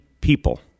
people